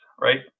right